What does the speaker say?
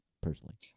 personally